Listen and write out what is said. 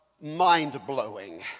mind-blowing